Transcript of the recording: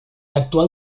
actual